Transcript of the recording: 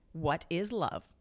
whatislove